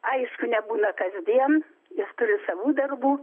aišku nebūna kasdien jis turi savų darbų